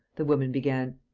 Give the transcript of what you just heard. the woman began.